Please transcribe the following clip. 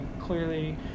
clearly